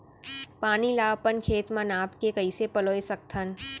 पानी ला अपन खेत म नाप के कइसे पलोय सकथन?